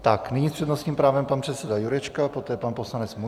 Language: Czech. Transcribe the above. Tak nyní s přednostním právem pan předseda Jurečka, poté pan poslanec Munzar.